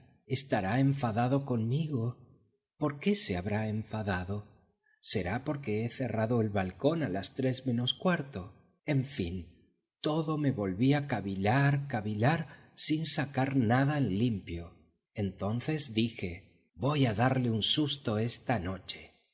estará enfadado conmigo por qué se habrá enfado será porque he cerrado el balcón a las tres menos cuarto en fin todo me volvía cavilar cavilar sin sacar nada en limpio entonces dije voy a darle un susto esta noche